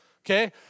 okay